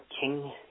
King